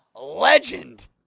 legend